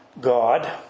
God